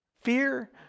Fear